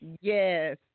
yes